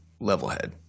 Levelhead